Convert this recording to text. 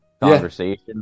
conversation